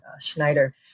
Schneider